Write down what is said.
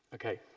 okay.